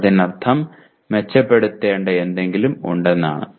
അതിനർത്ഥം മെച്ചപ്പെടുത്തേണ്ട എന്തെങ്കിലും ഉണ്ടെന്നാണ്